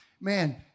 Man